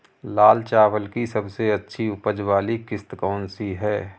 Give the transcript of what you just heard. लाल चावल की सबसे अच्छी उपज वाली किश्त कौन सी है?